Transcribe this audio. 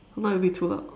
if not it'll be too loud